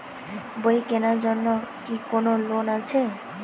বই কেনার জন্য কি কোন লোন আছে?